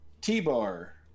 T-Bar